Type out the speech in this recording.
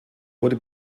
wurde